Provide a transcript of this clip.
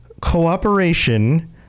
cooperation